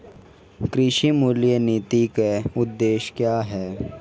कृषि मूल्य नीति के उद्देश्य क्या है?